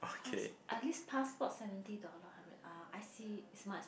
pass~ at least passport seventy dollar hundres uh I_C is more expensive